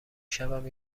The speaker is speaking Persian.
شبم